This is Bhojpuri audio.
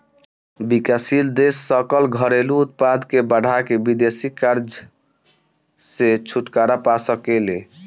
विकासशील देश सकल घरेलू उत्पाद के बढ़ा के विदेशी कर्जा से छुटकारा पा सके ले